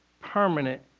permanent